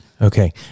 Okay